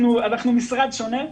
אנחנו משרד שונה.